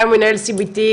גם הוא מנהל CBD,